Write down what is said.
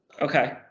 Okay